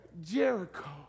Jericho